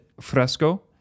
Fresco